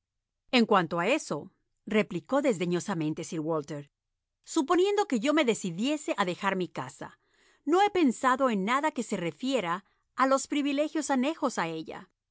en cuanto a esoresplicó desdeñosamente sir walter suponiendo que yo me decidiese a dejar mi casa no he pensado en nada que se refiera a los privilegios anejos a ella